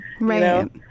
Right